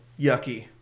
yucky